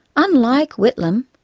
unlike whitlam,